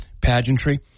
pageantry